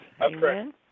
Amen